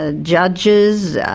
ah judges,